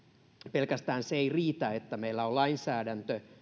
pelkästään se ei riitä että meillä on lainsäädäntö vaan